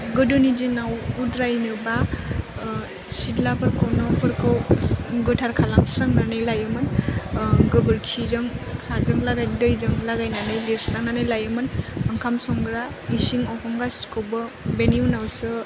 गोदोनि दिनाव उद्रायनोबा सिदलाफोरखौ न'फोरखौ गोथार खालाम स्रांनानै लायोमोन गोबोरखिजों हाजों लागायना दैजों लागायनानै लिरस्रांनानै लायोमोन ओखाम संग्रा इसिं अखं गासैखौबो बेनि उनावसो